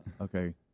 Okay